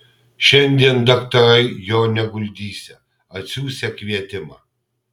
šiandien daktarai jo neguldysią atsiųsią kvietimą